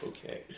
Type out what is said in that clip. Okay